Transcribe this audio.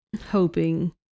hoping